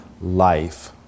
life